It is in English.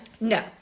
No